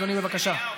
אדוני, בבקשה.